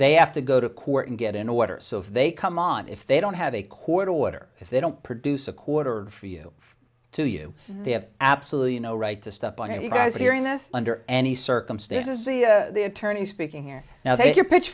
they have to go to court and get an order so if they come on if they don't have a court order if they don't produce a quarter for you to you they have absolutely no right to stop by you guys hearing this under any circumstances the attorneys speaking here now that you're pitch